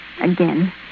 again